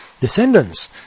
descendants